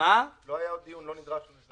לא נדרשנו.